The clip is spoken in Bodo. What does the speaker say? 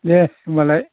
दे होमब्लालाय